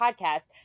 podcast